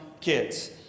kids